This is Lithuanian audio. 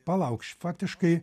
palauk š faktiškai